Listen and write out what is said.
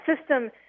system